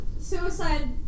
Suicide